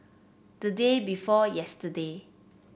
the day before yesterday